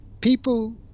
people